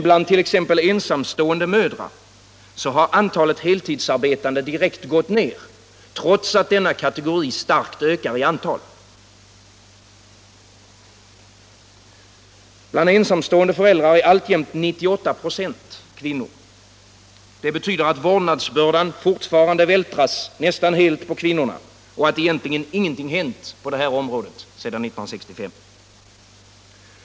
Bland t.ex. ensamstående mödrar har antalet heltidsarbetande direkt gått ner, trots att denna kategori starkt ökar i antal. Bland ensamstående föräldrar är alltjämt 98 ?6 kvinnor. Det betyder att vårdnadsbördan fortfarande vältras nästan helt på kvinnorna och att egentligen ingenting har hänt på det området sedan 1965.